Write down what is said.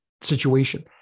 situation